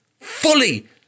Fully